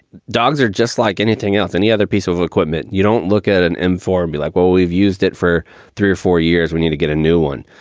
dogs are just like anything else, any other piece of equipment. you don't look at an informed be like what? we've used it for three or four years. we need to get a new one.